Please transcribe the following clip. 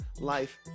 life